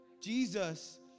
Jesus